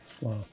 wow